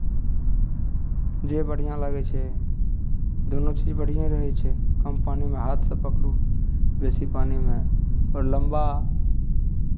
जे बढ़िआँ लगै छै दुनू चीज बढ़िएँ रहै छै कम पानिमे हाथसँ पकड़ू बेसी पानिमे आओर लम्बा